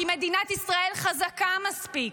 כי מדינת ישראל חזקה מספיק.